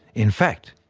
in fact,